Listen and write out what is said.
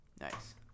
Nice